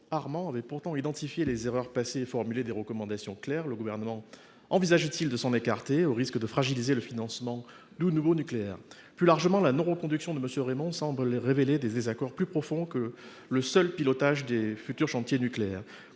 Armand avait pourtant identifié les erreurs passées et formulé des recommandations claires. Le Gouvernement envisage t il de s’en écarter, au risque de fragiliser le financement du nouveau nucléaire ? Plus largement, la non reconduction de M. Rémont semble mettre au jour des désaccords plus profonds que ceux qui portent sur le seul pilotage des futurs chantiers nucléaires.